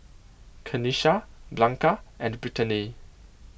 Kenisha Blanca and Brittnay